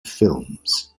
films